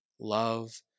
love